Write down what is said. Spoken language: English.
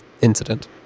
incident